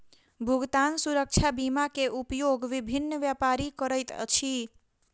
भुगतान सुरक्षा बीमा के उपयोग विभिन्न व्यापारी करैत अछि